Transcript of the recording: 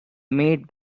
made